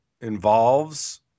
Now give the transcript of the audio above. involves